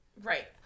Right